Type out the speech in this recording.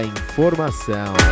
informação